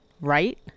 right